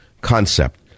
concept